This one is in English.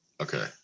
Okay